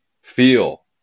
feel